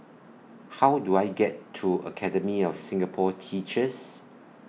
How Do I get to Academy of Singapore Teachers